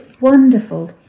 wonderful